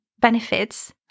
benefits